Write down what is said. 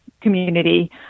community